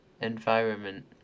environment